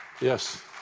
Yes